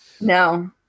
no